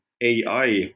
AI